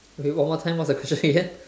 okay one more time what's the question again